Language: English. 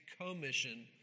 commission